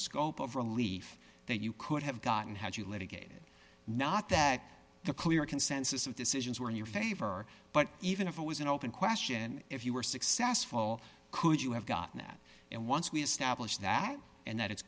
scope of relief that you could have gotten had you litigated not that the clear consensus of decisions were in your favor but even if it was an open question if you were successful could you have gotten that and once we established that and that i